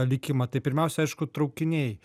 likimą tai pirmiausia aišku traukiniai